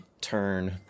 turn